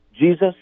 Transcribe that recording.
Jesus